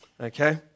Okay